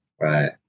Right